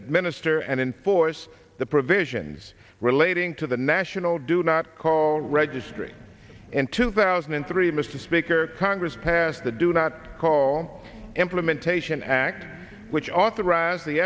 it minister and enforce the provisions relating to the national do not call registry in two thousand and three mr speaker congress passed the do not call implementation act which authorize the